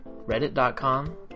reddit.com